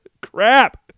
Crap